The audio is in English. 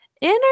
Inner